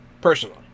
personally